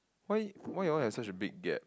why why you all have such a big gap